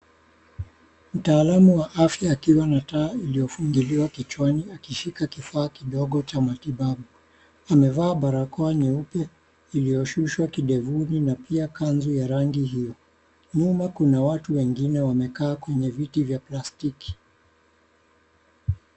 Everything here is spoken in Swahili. Mtaalamu wa afya akiwa na taa iliyofungiliwa kichwani akishika kifaa kidogo cha matibabu. Amevaa barakoa nyeupe iliyoshushwa kidevuni na pia kanzu ya rangi hiyo. Nyuma kuna watu wengine wamekaa kwenye viti vya plastiki.